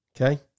Okay